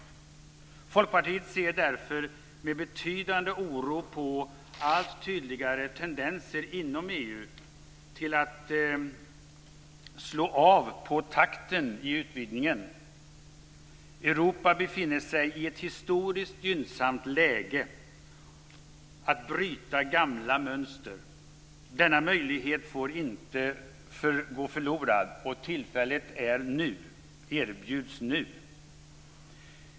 Folkpartiet ser därför med betydande oro på allt tydligare tendenser inom EU till att slå av på takten i utvidgningen. Europa befinner sig i ett historiskt gynnsamt läge för att bryta gamla mönster. Denna möjlighet får inte gå förlorad, och tillfället erbjuds nu.